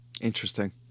interesting